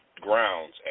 grounds